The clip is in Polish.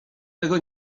tego